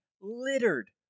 littered